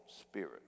spirit